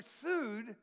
pursued